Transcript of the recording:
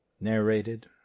Narrated